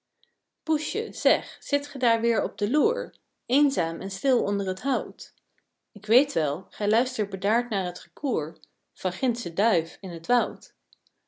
poesje zeg zit ge daar weer op den loer eenzaam en stil onder t hout k weet wel gij luistert bedaard naar t gekoer van gindsche duif in het woud